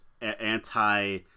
anti